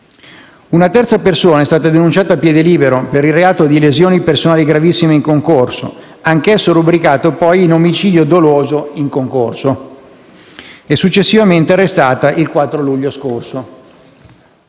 Una terza persona è stata denunciata a piede libero per il reato di lesioni personali gravissime in concorso, anch'esso rubricato poi in omicidio doloso in concorso e, successivamente arrestata, il 4 luglio scorso.